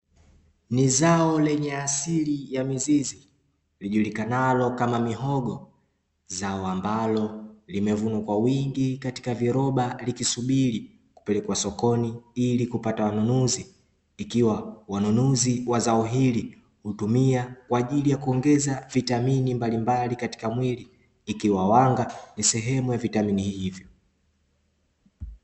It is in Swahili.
Ni zao lenye asili ya mizizi lijulikanalo kama mihogo, za wa ambalo limevunwa kwa wingi katika viroba likisubiri kupelekwa sokoni ili kupata wanunuzi, ikiwa wanunuzi wa zao hili hutumia kwa ajili ya kuongeza vitamini mbalimbali katika mwili ikiwa wanga ni sehemu ya vitamini hivi.